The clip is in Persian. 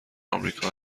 امریکا